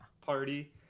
party